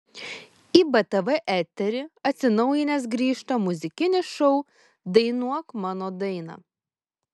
į btv eterį atsinaujinęs grįžta muzikinis šou dainuok mano dainą